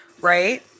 Right